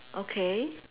okay